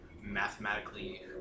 mathematically